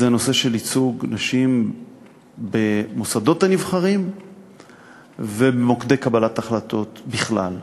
הוא הנושא של ייצוג נשים במוסדות הנבחרים ובמוקדי קבלת החלטות בכלל.